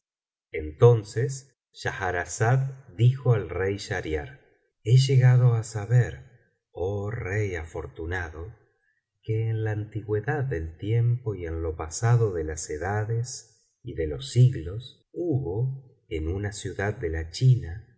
entonces schahrazada dijo al rey schahriar he llegado á saber oh rey afortunado que en la antigüedad del tiempo y en lo pasado de las edades y de los siglos hubo en ana ciudad de la china